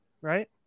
right